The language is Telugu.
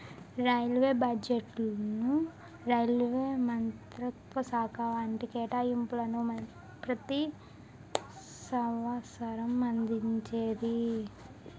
రైల్వే బడ్జెట్ను రైల్వే మంత్రిత్వశాఖ వాటి కేటాయింపులను ప్రతి సంవసరం అందించేది